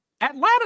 Atlanta